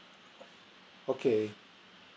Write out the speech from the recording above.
okay